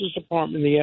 Department